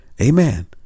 Amen